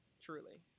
Truly